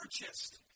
purchased